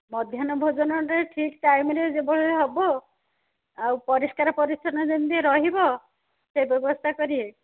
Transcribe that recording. ମଧ୍ୟାନ୍ନ ଭୋଜନଟା ଠିକ୍ ଟାଇମ୍ରେ ଯେଭଳି ହେବ ଆଉ ଆଉ ପରିଷ୍କାର ପରିଚ୍ଛନ୍ନ ଯେମତି ରହିବ ସେ ବ୍ୟବସ୍ଥା କରିବେ